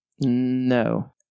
No